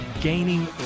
gaining